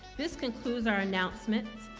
this concludes our announcements,